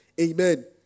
Amen